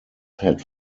had